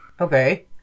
Okay